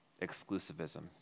exclusivism